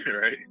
Right